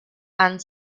and